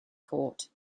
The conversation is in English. court